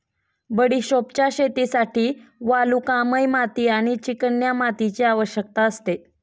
बडिशोपच्या शेतीसाठी वालुकामय माती आणि चिकन्या मातीची आवश्यकता असते